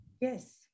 Yes